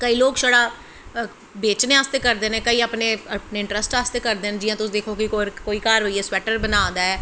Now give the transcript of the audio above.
केंई लोग शड़ा बेचनें आस्तै करदे न किश अपनें इंट्रस्ट आस्तै करदे न जियां तुस दिक्खो कि कोई घर बेहियै स्वैट्टर बना दा ऐ